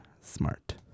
smart